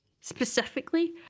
specifically